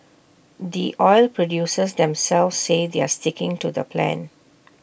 the oil producers themselves say they're sticking to the plan